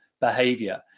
behavior